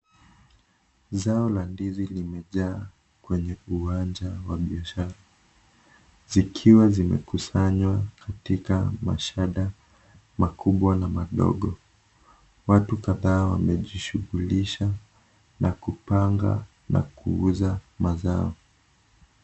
Zao la ndizi limejaa kwenye uwanja wa biashara, zikiwa zimekusanywa katika mashada, makubwa na madogo, watu kadhaa wameji shugulisha, na kupanga, na kuuza, mazao.